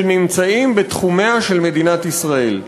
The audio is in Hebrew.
שנמצאים בתחומיה של מדינת ישראל.